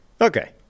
Okay